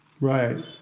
Right